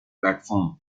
platform